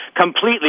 completely